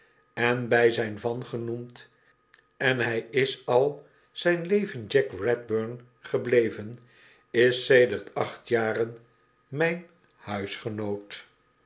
en by zijn van genoemd en hy is al zgn leven jack redburn gebleven is sedert acht jaren mijn huisgenoot